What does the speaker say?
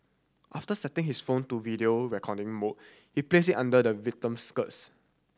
after setting his phone to video recording mode he placed it under the victim's skirts